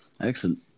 Excellent